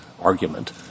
argument